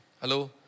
Hello